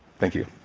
thank you.